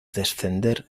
descender